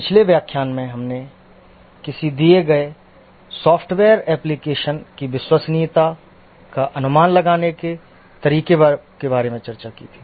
पिछले व्याख्यान में हमने किसी दिए गए सॉफ़्टवेयर एप्लिकेशन की विश्वसनीयता का अनुमान लगाने के तरीके के बारे में चर्चा की थी